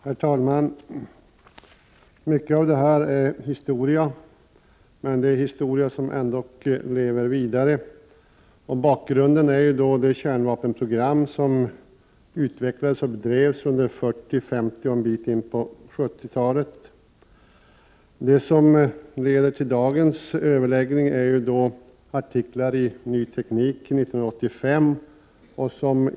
Herr talman! Mycket av det som har sagts är historia, men det är historia som ändock lever vidare. Bakgrunden är det kärnvapenprogram som utvecklades och drevs under 40 och 50-talen och en bit in på 70-talet. Det som har lett till dagens överläggningar är artiklar i tidskriften Ny Teknik från 1985.